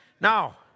Now